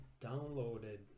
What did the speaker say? downloaded